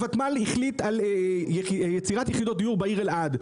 הותמ"ל החליט על יצירת יחידות דיור בעיר אלעד,